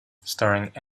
starring